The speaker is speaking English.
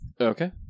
Okay